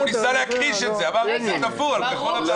הוא ניסה להכחיש את זה אבל זה תפור על כחול לבן.